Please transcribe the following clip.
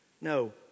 No